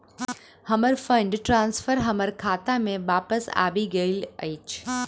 हमर fund transfer हमर खाता मे बापस आबि गइल अछि